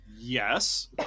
Yes